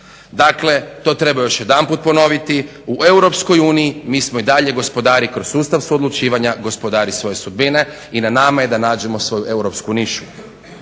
Dakle, to treba još jedanput ponoviti u EU mi smo i dalje gospodari kroz sustav suodlučivanja gospodari svoje sudbine i na nama je da nađemo svoju europsku nišu.